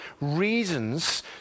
reasons